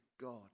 God